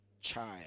child